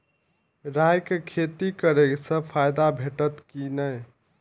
राय के खेती करे स फायदा भेटत की नै?